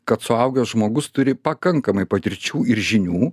kad suaugęs žmogus turi pakankamai patirčių ir žinių